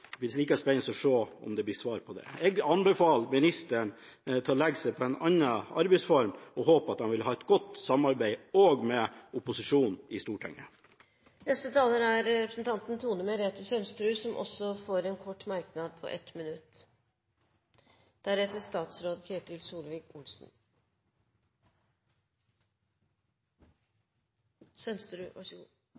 det blir like spennende å se om det blir svar på det. Jeg anbefaler ministeren å velge en annen arbeidsform og håper at han vil ha et godt samarbeid – også med opposisjonen i Stortinget. Representanten Tone Merete Sønsterud har hatt ordet to ganger tidligere og får ordet til en kort merknad, begrenset til 1 minutt.